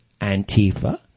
Antifa